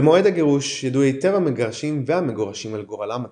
במועד הגירוש ידעו היטב המגרשים והמגורשים על גורלם הצפוי,